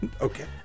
Okay